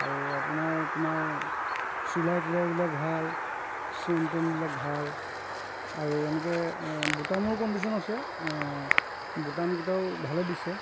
আৰু আপোনাৰ তোমাৰ চিলাই টিলাইবিলাক ভাল চেন তেনবিলাক ভাল আৰু এনেকৈ বুটামৰ কণ্ডিশ্যন আছে বুটামকেইটাও ভালে দিছে